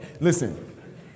Listen